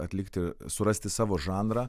atlikti surasti savo žanrą